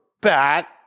bat